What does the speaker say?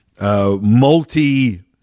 multi